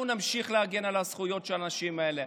נמשיך להגן על הזכויות של האנשים האלה.